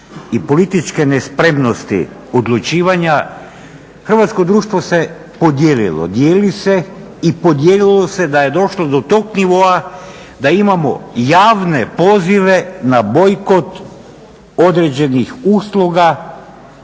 i političke nespremnosti odlučivanja hrvatsko društvo se podijelilo, dijeli se i podijelilo se da je došlo do tog nivoa da imamo javne pozive na bojkot određenih usluga